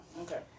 Okay